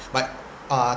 but uh